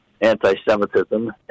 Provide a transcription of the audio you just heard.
anti-Semitism